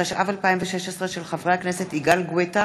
התשע"ו 2016, של חבר הכנסת יגאל גואטה